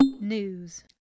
News